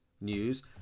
News